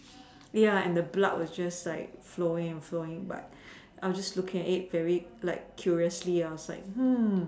ya and the blood were just like flowing and flowing but I was just looking at it very like curiously I was just like hmm